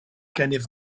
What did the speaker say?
gennyf